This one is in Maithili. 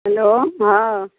हेलो हँ